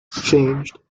exchanged